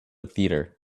theater